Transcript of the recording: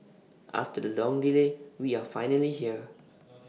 after the long delay we are finally here